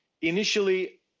Initially